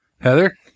Heather